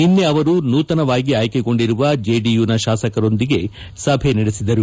ನಿನ್ನೆ ಅವರು ನೂತನವಾಗಿ ಆಯ್ದೆ ಗೊಂಡಿರುವ ಜೆಡಿಯುನ ಶಾಸಕರೊಂದಿಗೆ ಸಭೆ ನಡೆಸಿದರು